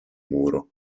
muro